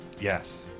Yes